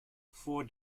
four